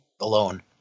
alone